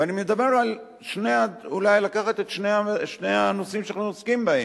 ואני מדבר על אולי לקחת את שני הנושאים שאנחנו עוסקים בהם,